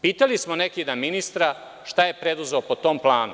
Pitali smo neki dan ministra šta je preduzeo po tom planu.